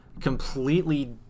completely